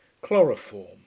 Chloroform